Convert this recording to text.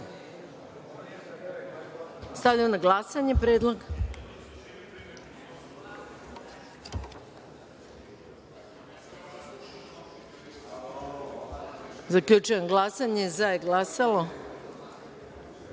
Stavljam na glasanje predlog. Zaključujem glasanje: za – 23.